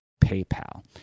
PayPal